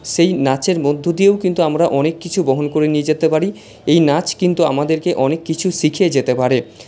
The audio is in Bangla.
সেই নাচের মধ্য দিয়েও কিন্তু আমরা অনেক কিছু বহন করে নিয়ে যেতে পারি এই নাচ কিন্তু আমাদেরকে অনেক কিছু শিখিয়ে যেতে পারে